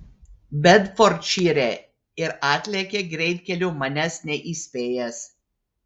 bedfordšyre ir atlėkė greitkeliu manęs neįspėjęs